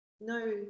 no